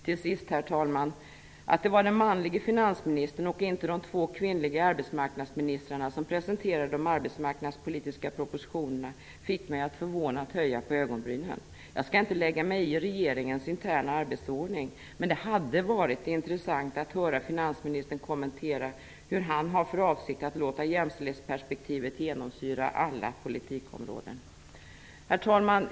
Till sist: Att det var den manlige finansministern och inte de två kvinnliga arbetsmarknadsministrarna som presenterade de arbetsmarknadspolitiska propositionerna fick mig att förvånat höja på ögonbrynen. Jag skall inte lägga mig i regeringens interna arbetsordning, men det hade varit intressant att höra finansministern kommentera hur han har för avsikt att låta jämställdhetsperspektivet genomsyra alla politikområden. Herr talman!